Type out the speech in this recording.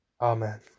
Amen